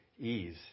ease